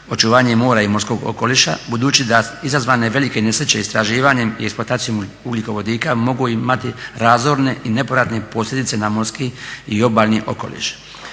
očuvanje mora i morskog okoliša budući da izazvane velike nesreće istraživanjem i eksploatacijom ugljikovodika mogu imati razorne i nepovratne posljedice na morski i obalni okoliš.